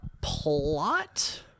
Plot